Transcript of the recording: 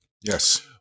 Yes